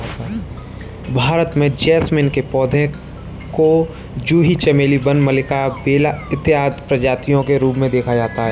भारत में जैस्मीन के पौधे को जूही चमेली वन मल्लिका बेला इत्यादि प्रजातियों के रूप में देखा जाता है